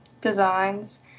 designs